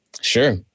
Sure